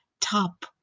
top